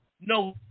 no